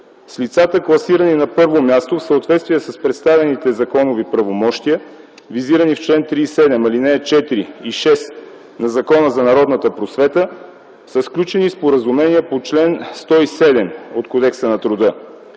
С лицата, класирани на първо място в съответствие с представените законови правомощия, визирани в чл. 37, ал. 4 и 6 на Закона за народната просвета, са сключени споразумения по чл. 107 от Кодекса на труда.